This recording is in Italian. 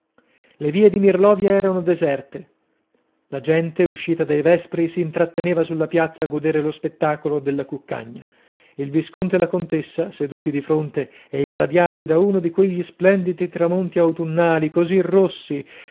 le vie di mirlovia erano deserte la gente uscita dai vespri si intratteneva sulla piazza a godere lo spettacolo della cuccagna il visconte e la contessa seduti di fronte e irradiati da uno di quegli splendidi tramonti autunnali così rossi